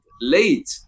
late